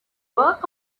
work